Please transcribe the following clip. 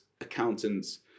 accountants